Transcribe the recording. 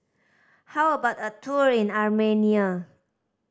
how about a tour in Armenia